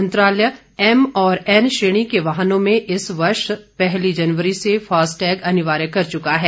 मंत्रालय एम और एन श्रेणी के वाहनों में इस वर्ष पहली जनवरी से फास्टैग अनिवार्य कर चुका है